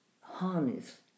harness